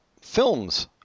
films